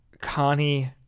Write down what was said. Connie